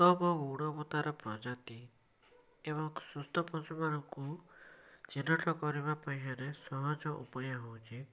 ଉତ୍ତମ ଗୁଣବତ୍ତାର ପ୍ରଜାତି ଏବଂ ସୁସ୍ଥ ପଶୁମାନଙ୍କୁ ଚିହ୍ନଟ କରିବା ପାଇଁ ହେଲେ ସହଜ ଉପାୟ ହଉଛି